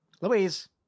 Louise